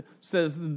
says